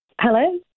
Hello